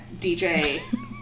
DJ